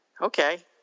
Okay